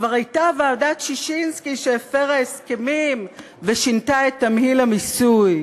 כבר הייתה ועדת ששינסקי שהפרה הסכמים ושינתה את תמהיל המיסוי.